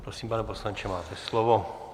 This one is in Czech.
Prosím, pane poslanče, máte slovo.